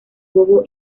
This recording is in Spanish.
bobo